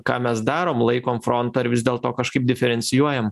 ką mes darom laikom frontą ar vis dėlto kažkaip diferencijuojam